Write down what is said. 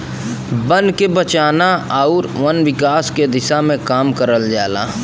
बन के बचाना आउर वन विकास के दिशा में काम करल जाला